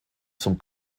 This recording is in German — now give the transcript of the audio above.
zum